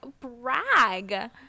brag